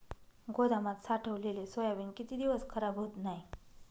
गोदामात साठवलेले सोयाबीन किती दिवस खराब होत नाही?